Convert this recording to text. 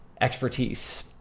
expertise